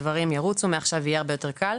הדברים ירוצו, מעכשיו יהיה הרבה יותר קל.